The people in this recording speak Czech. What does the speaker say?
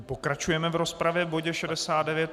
Pokračujeme v rozpravě v bodě 69.